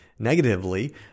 Negatively